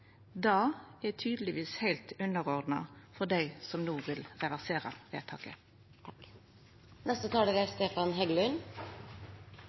Det er tydelegvis heilt underordna for dei som no vil reversera vedtaket. Det er blitt sagt at funksjonelt skille er